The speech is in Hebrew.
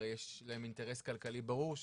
הרי יש להם אינטרס כלכלי ברור,